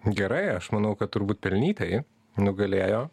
gerai aš manau kad turbūt pelnytai nugalėjo